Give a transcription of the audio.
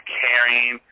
caring